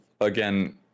Again